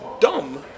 dumb